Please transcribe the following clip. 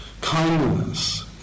kindness